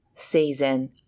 Season